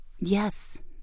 Yes